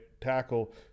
tackle